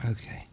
Okay